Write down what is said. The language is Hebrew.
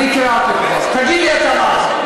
קראתי את החוק.